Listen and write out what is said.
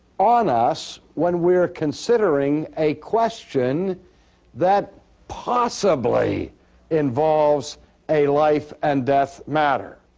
on us when we're considering a question that possibly involves a life and death matter.